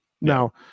Now